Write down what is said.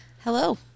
Hello